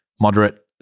moderate